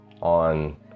on